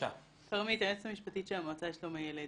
כרמית, היועצת המשפטית של המועצה לשלום הילד.